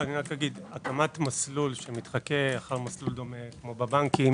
הקמת מסלול שמתחקה אחר מסלול דומה כמו בבנקים